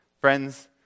Friends